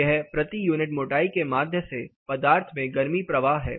यह प्रति यूनिट मोटाई के माध्य से पदार्थ में गर्मी प्रवाह है